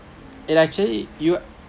it actually you're